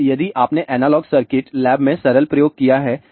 अब यदि आपने एनालॉग सर्किट लैब में सरल प्रयोग किया है